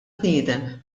bniedem